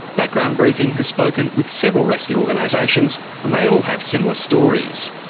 background briefing has spoken with several rescue organisations and they all have similar stories.